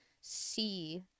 see